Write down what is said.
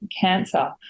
cancer